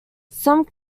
some